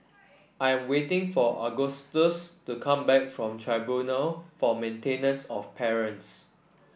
I am waiting for Augustus to come back from Tribunal for Maintenance of Parents